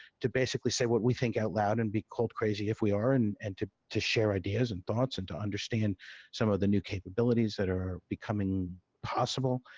to basically say what we think out loud and be called crazy if we are and and to to share ideas and thoughts and to understand some of the new capabilities that are becoming possible.